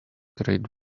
great